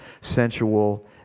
sensual